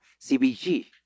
CBG